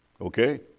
Okay